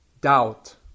doubt